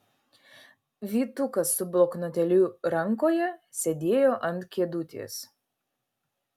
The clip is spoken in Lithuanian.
vytukas su bloknotėliu rankoje sėdėjo ant kėdutės